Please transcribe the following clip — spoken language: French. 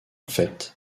fait